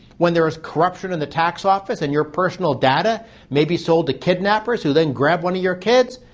when there is corruption in the tax office, and your personal data may be sold the kidnappers who then grab one of your kids?